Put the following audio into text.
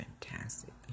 fantastic